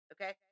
Okay